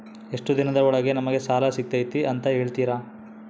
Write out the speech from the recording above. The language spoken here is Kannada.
ಎಷ್ಟು ದಿನದ ಒಳಗೆ ನಮಗೆ ಸಾಲ ಸಿಗ್ತೈತೆ ಅಂತ ಹೇಳ್ತೇರಾ?